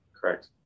Correct